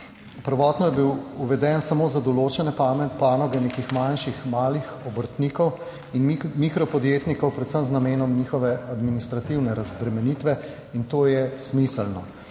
Prvotno je bil uveden samo za določene panoge nekih manjših malih obrtnikov in mikro podjetnikov predvsem z namenom njihove administrativne razbremenitve in to je smiselno,